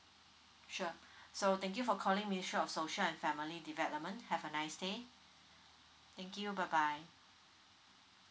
sure so thank you for calling ministry social and family development have a nice day thank you bye bye